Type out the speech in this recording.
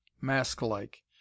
mask-like